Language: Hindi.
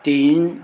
तीन